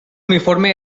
uniforme